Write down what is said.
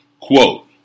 Quote